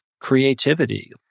creativity